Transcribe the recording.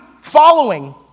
following